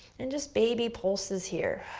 and just baby pulses here.